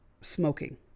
smoking